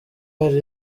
hari